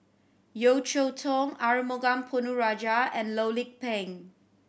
Yeo Cheow Tong Arumugam Ponnu Rajah and Loh Lik Peng